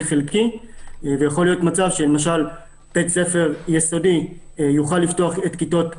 חלקי ויכול להיות מצב למשל שבית ספר יסודי יוכל לפתוח את כיתות א',